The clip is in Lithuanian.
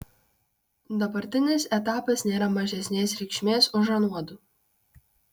dabartinis etapas nėra mažesnės reikšmės už anuodu